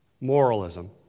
moralism